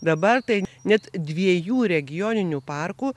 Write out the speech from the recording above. dabar tai net dviejų regioninių parkų